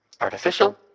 Artificial